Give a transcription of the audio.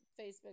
Facebook